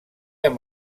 amb